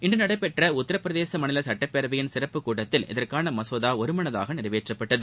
இன்று நடைபெற்ற உத்தரப்பிரதேச மாநில சட்டப்பேரவையின் சிறப்பு கூட்டத்தில் இதற்கான மசோதா ஒருமனதாக நிறைவேற்றப்பட்டது